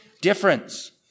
difference